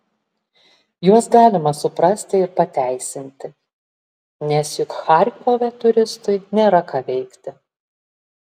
juos galima suprasti ir pateisinti nes juk charkove turistui nėra ką veikti